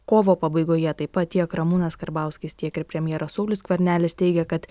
kovo pabaigoje taip pat tiek ramūnas karbauskis tiek ir premjeras saulius skvernelis teigė kad